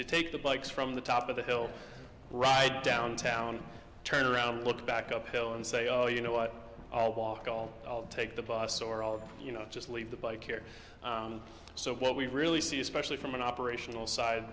to take the bikes from the top of the hill right downtown turn around look back uphill and say oh you know what i'll walk all i'll take the bus or all of you know just leave the bike here so what we really see especially from an operational side